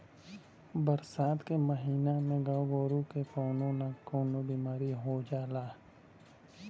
बरसात के महिना में गाय गोरु के कउनो न कउनो बिमारी हो जाला